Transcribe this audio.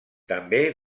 també